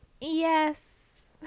Yes